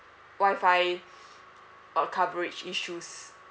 wi-fi uh coverage issues